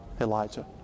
Elijah